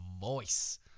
voice